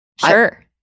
Sure